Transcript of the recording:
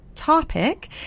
topic